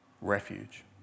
refuge